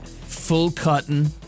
full-cotton